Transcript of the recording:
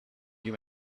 you